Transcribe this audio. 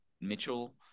Mitchell